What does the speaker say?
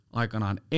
aikanaan